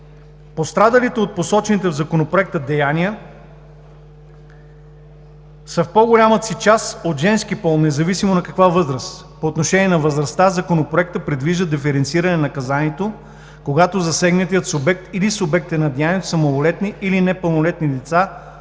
Пострадалите от посочените в Законопроекта деяния са в по-голямата си част от женски пол, независимо на каква възраст. По отношение на възрастта Законопроектът предвижда диференциране на наказанието, когато засегнатият субект или субектът на деянието са малолетни или непълнолетни лица